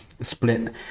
split